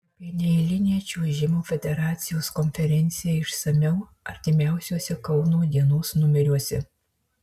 apie neeilinę čiuožimo federacijos konferenciją išsamiau artimiausiuose kauno dienos numeriuose